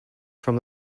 from